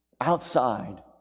outside